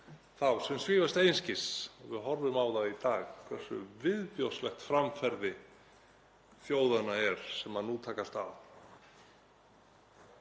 þá sem svífast einskis og við horfum á það í dag hversu viðbjóðslegt framferði þjóðanna er sem nú takast á.